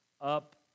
up